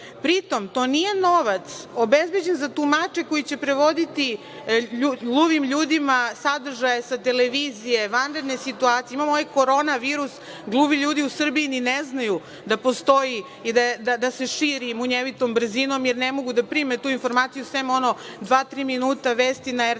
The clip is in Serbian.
Pritom, to nije novac obezbeđen za tumače koji će prevoditi gluvim ljudima sadržaje sa televizije, vanredne situacije. Imamo ovaj koronavirus, gluvi ljudi u Srbiji i ne znaju da postoji i da se širi munjevitom brzinom, jer ne mogu da prime tu informaciju, sem ono dva-tri minuta vesti na